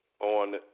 on